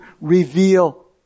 reveal